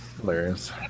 Hilarious